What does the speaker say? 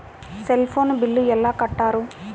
Cell phone bill ఎలా కట్టారు?